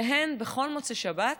שהן בכל מוצאי שבת